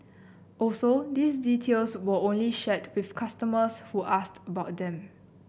also these details were only shared with customers who asked about them